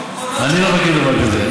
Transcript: אני לא מכיר דבר כזה.